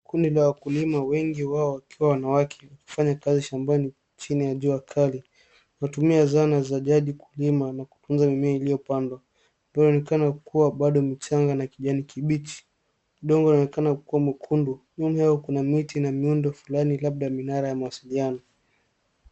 Kundi la wakulima, wengi wao wakiwa wanawake wakifanya kazi shambani chini ya jua kali. Wanatumia zana za jadi kulima na kutunza mimea iliyopandwa, ambayo inaonekana bado kuwa michanga na kijani kibichi. Udongo unaonekana kuwa mwekundu. Nyuma yao kuna miti na miundo fulani labda minara ya mawasiliano.